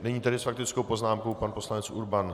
Nyní tedy s faktickou poznámkou pan poslanec Urban.